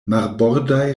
marbordaj